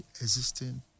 existing